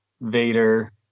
Vader